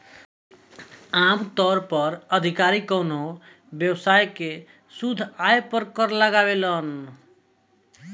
आमतौर पर अधिकारी कवनो व्यवसाय के शुद्ध आय पर कर लगावेलन